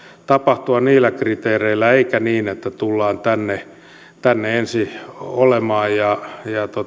tapahtua niillä kriteereillä eikä niin että tullaan tänne tänne ensin olemaan ja